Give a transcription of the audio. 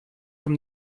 from